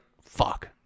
fuck